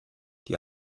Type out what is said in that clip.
die